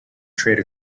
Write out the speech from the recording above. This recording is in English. trade